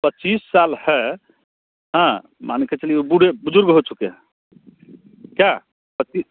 पच्चीस साल है हाँ मान के चलिए बुढे़ बुज़ुर्ग हो चुके हैं क्या पच्चीस